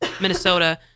Minnesota